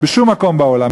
בשום מקום בעולם,